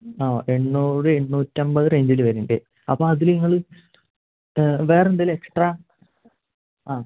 ആ എണ്ണൂറ് എണ്ണൂറ്റമ്പത് റേഞ്ചിൽ വരും അല്ലേ അപ്പോൾ അതിൽ നിങ്ങൾ വേറെയെന്തെലും എക്സ്ട്രാ ആ